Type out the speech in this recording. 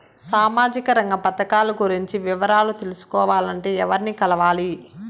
సామాజిక రంగ పథకాలు గురించి వివరాలు తెలుసుకోవాలంటే ఎవర్ని కలవాలి?